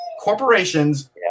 corporations